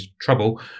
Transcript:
Trouble